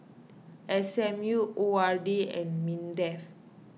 S M U O R D and Mindef